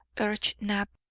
urged knapp.